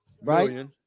right